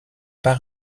pas